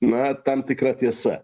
na tam tikra tiesa